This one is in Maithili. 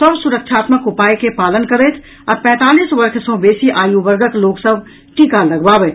सभ सुरक्षा उपायक पालन करथि आ पैंतालीस वर्ष सॅ बेसी आयु वर्गक लोक सभ टीका लगबावथि